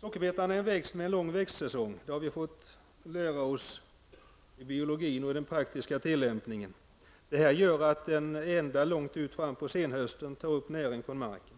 Sockerbetan är en växt med en lång växtsäsong -- det har vi fått lära oss i biologin och i den praktiska tillämpningen. Det gör att den långt fram på senhösten tar upp näring från marken.